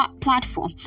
platform